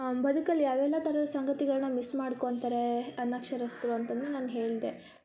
ಬದುಕಲ್ಲಿ ಯಾವೆಲ್ಲ ಥರದ ಸಂಗತಿಗಳನ್ನ ಮಿಸ್ ಮಾಡ್ಕೊಳ್ತಾರೆ ಅನಕ್ಷರಸ್ಥರು ಅಂತ ನಾನು ಹೇಳ್ದೆ